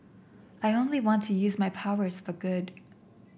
I only want to use my powers for good